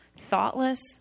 thoughtless